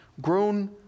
grown